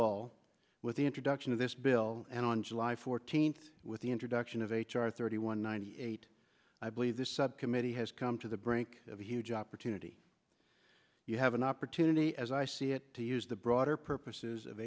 all with the introduction of this bill and on july fourteenth with the introduction of h r thirty one ninety eight i believe this subcommittee has come to the brink of a huge opportunity you have an opportunity as i see it to use the broader purposes of